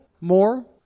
more